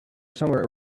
somewhere